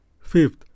Fifth